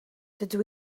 dydw